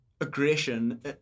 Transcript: aggression